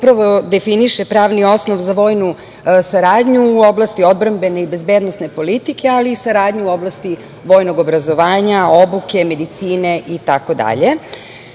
upravo definiše pravni osnov za vojnu saradnju u oblasti odbrambene i bezbednosne politike, ali i saradnja u oblasti vojnog obrazovanja, obuke, medicine,